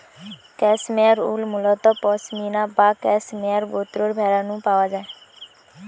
cashmere উল মুলত পসমিনা বা ক্যাশমেয়ার গোত্রর ভেড়া নু পাওয়া যায়